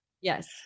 yes